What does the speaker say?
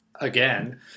again